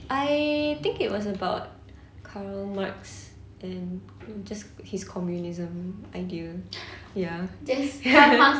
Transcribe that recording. I think it was about karl marx and just his communism idea ya